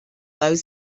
though